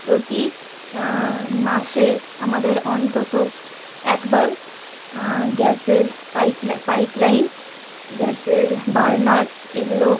প্রতি মাসে আমাদের অন্তত একবার গ্যাসের পাইপলাইন গ্যাসের বার্নার এগুলো